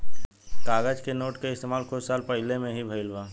कागज के नोट के इस्तमाल कुछ साल पहिले में ही भईल बा